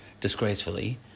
disgracefully